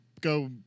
go